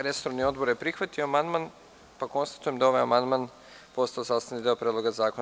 Resorni odbor je prihvatio amandman, pa konstatujem da je ovaj amandman postao sastavni deo Predloga zakona.